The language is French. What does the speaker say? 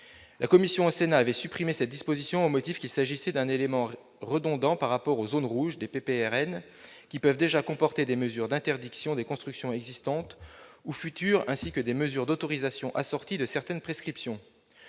En commission, le Sénat avait supprimé cette disposition au motif qu'il s'agissait d'un élément redondant par rapport aux zones rouges des PPRN, qui peuvent déjà comporter des mesures d'interdiction des constructions existantes ou futures, ainsi que des mesures d'autorisation assorties de certaines prescriptions.